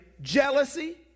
Jealousy